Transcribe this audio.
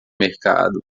mercado